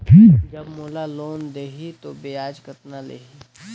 जब मोला लोन देही तो ब्याज कतना लेही?